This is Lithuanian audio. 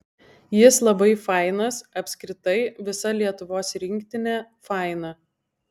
jis labai fainas apskritai visa lietuvos rinktinė faina